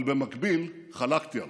אבל במקביל חלקתי עליו.